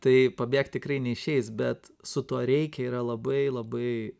tai pabėgt tikrai neišeis bet su tuo reikia yra labai labai